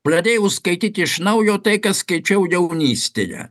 pradėjau skaityti iš naujo tai ką skaičiau jaunystėje